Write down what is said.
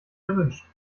erwünscht